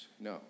no